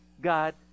God